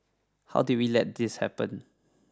how did we let this happen